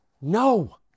No